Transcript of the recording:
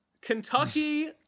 Kentucky